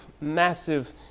massive